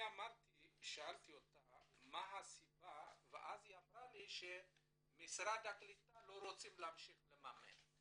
שאלתי אותה מה הסיבה והיא אמרה לי שמשרד הקליטה לא רוצים להמשיך לממן,